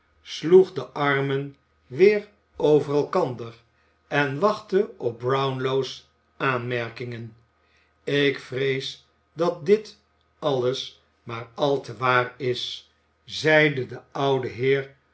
sloeg de armen weer over elkander en wachtte op brownlow's aanmerkingen ik vrees dat dit alles maar al te waar is zeide de oude heer